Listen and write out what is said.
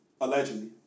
allegedly